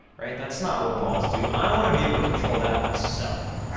right, that's not what balls do, i wanna be able to control that myself.